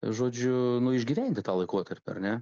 žodžiu išgyventi tą laikotarpį ar ne